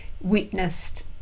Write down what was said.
witnessed